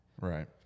right